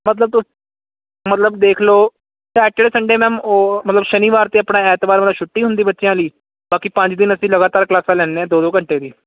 ਮਤਲਬ ਤੁਸ ਮਤਲਬ ਦੇਖ ਲਓ ਸੈਚਰਡ ਸੰਡੇ ਮੈਮ ਉਹ ਮਤਲਬ ਸ਼ਨੀਵਾਰ ਤੇ ਆਪਣਾ ਐਤਵਾਰ ਵਾਲਾ ਛੁੱਟੀ ਹੁੰਦੀ ਬੱਚਿਆਂ ਲਈ ਬਾਕੀ ਪੰਜ ਦਿਨ ਅਸੀਂ ਲਗਾਤਾਰ ਕਲਾਸਾਂ ਲੈਂਦੇ ਆ ਦੋ ਦੋ ਘੰਟੇ ਦੀ